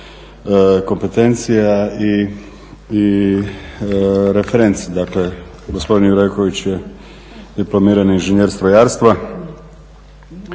kompetencija i referenci. Dakle, gospodin Jureković je dipl.ing. strojarstva